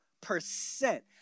percent